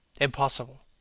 Impossible